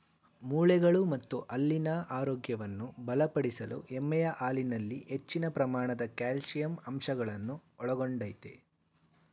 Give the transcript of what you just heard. ಮೂಳೆಗಳು ಮತ್ತು ಹಲ್ಲಿನ ಆರೋಗ್ಯವನ್ನು ಬಲಪಡಿಸಲು ಎಮ್ಮೆಯ ಹಾಲಿನಲ್ಲಿ ಹೆಚ್ಚಿನ ಪ್ರಮಾಣದ ಕ್ಯಾಲ್ಸಿಯಂ ಅಂಶಗಳನ್ನು ಒಳಗೊಂಡಯ್ತೆ